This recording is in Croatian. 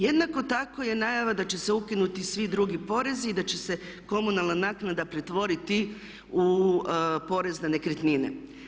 Jednako tako je najava da će se ukinuti svi drugi porezi i da će se komunalna naknada pretvoriti u porez na nekretnine.